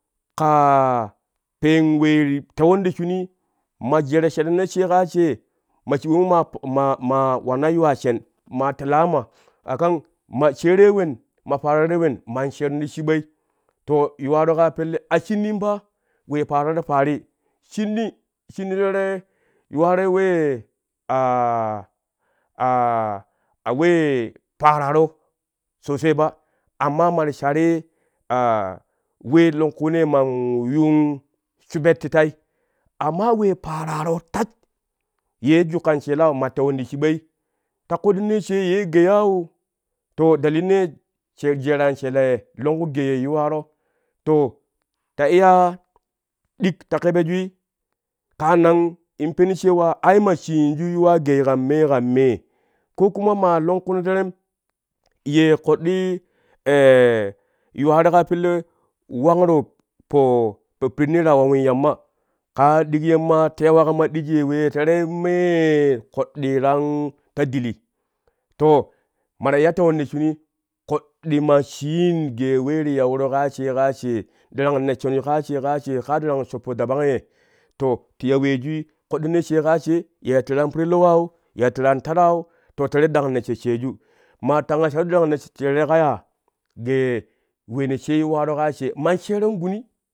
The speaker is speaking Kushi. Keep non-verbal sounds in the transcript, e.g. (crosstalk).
Kaa peen wee to tewon ti shunii ma jeero po sheneno she kaa shee ma shiɓo ma ma ma waman yuwaa shen ma telaama a kan ma shere wen ma paararoi wen man sheeron ti shiɓoi to pelle yuwo a shinnim paa we pararo parii, shinni, shinni tere yuwaroi wee a (hesitation) a wee pararo sosai ba amma ma ti charii (hesitation) we longkunee man yuun shubet ti tai amma wee pararo taj yee jukkan sheelau ma tewon ti shiɓoi ta koɗɗino she ye geiyau to daddinee jeeroan sheela ye longku gei ye yuwaro to ta iya ɗik ta kebejui kaan nan in peni cewa ai ma shenjui yuwa gei kan mee kan mee ko kuma ma longkuno teerem ye koɗɗi (hesitation) yuwaro ka pelle wangro po po pinnee ta wawin yamma kaa ɗikyam ma tewa kama ɗigi we tere mee koɗɗi ta dili to ma la iya tewon ti shunii koɗɗi ma sheen gee wee ti ya woro ka she ka shee darang nershaju ka she ka shee kra darang shoppo dabang ye to ti ya weejui koɗɗino she kaa shee ye tɛrɛ amparlaurau ye tɛrɛ an tatau to tere darang nessho sheeju ma tanga shar darang nesshoju ka yaa gee weno she yuwaro ka shee man sheeron guni